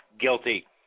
guilty